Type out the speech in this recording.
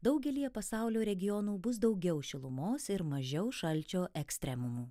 daugelyje pasaulio regionų bus daugiau šilumos ir mažiau šalčio ekstremumų